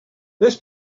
this